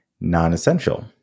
non-essential